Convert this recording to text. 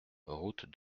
route